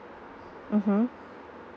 mm hmm